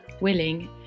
willing